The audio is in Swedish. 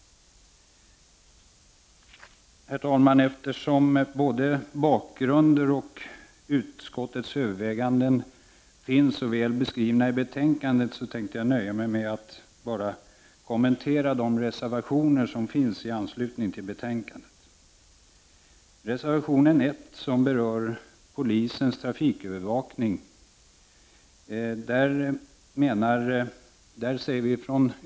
Herr talman! Eftersom både bakgrund och utskottets överväganden finns så väl beskrivna i betänkandet nöjer jag med att endast kommentera de reservationer som finns i anslutning till betänkandet. Reservationen nr 1 berör polisens trafikövervakning.